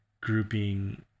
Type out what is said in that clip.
grouping